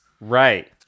Right